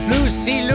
Lucy